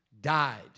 died